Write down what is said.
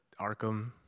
Arkham